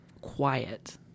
quiet